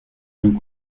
nous